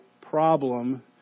problem